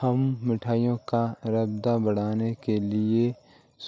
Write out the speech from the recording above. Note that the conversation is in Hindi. हम मिठाइयों का स्वाद बढ़ाने के लिए